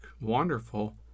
wonderful